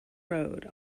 road